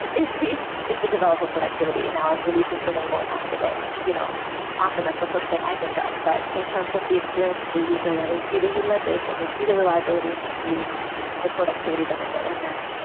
and is the is the developer productivity. and now i'm releasing so many more times a day, which you know often that's the first thing i think of. but in terms of the experience of the user, yeah they see the utilization. they see the reliability and they see the productivity benefit. and then,